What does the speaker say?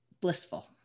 blissful